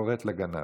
קוראת לגנב.